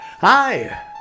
Hi